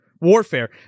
warfare